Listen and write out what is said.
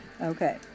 Okay